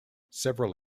several